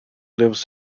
lives